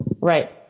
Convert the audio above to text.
right